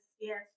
yes